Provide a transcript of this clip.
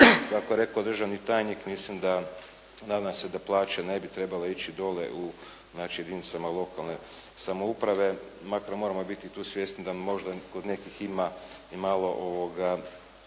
kako je rekao državni tajnik mislim da nadam se da plaće ne bi trebale ići dolje u jedinicama lokalne samouprave, makar moramo i tu biti svjesni da možda kod nekih ima i malo nekakvih